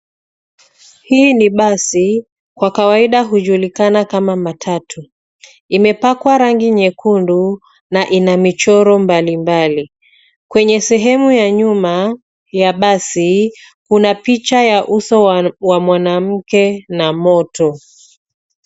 Hii ni basi, kwa kawaida hujulikana kama matatu. Imepakwa rangi nyekundu na ina michoro mbalimbali. Kwenye sehemu ya nyuma ya basi, kuna picha ya uso wa mwanamke na moto.